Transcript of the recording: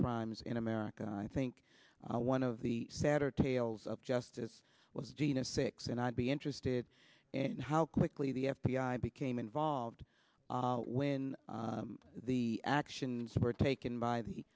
crimes in america i think one of the sadder tales of justice was jena six and i'd be interested in how quickly the f b i became involved when the actions were taken by the